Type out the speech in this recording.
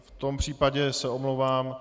V tom případě se omlouvám.